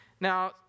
Now